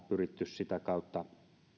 pyritty sitä kautta